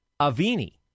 Avini